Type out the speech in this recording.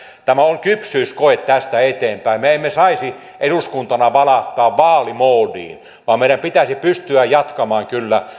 tämä on kypsyyskoe tästä eteenpäin me emme saisi eduskuntana valahtaa vaalimoodiin vaan meidän pitäisi kyllä pystyä jatkamaan